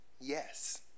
yes